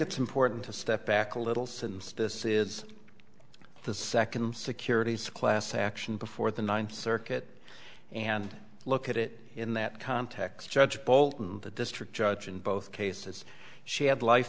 it's important to step back a little since this is the second securities class action before the ninth circuit and look at it in that context judge bolton the district judge in both cases she had life